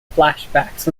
flashbacks